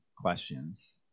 questions